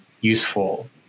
useful